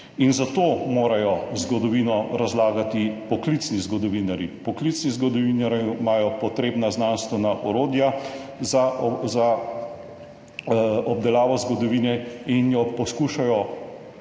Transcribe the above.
In zato morajo zgodovino razlagati poklicni zgodovinarji. Poklicni zgodovinarji imajo potrebna znanstvena orodja za obdelavo zgodovine in jo poskušajo